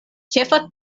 ĉefa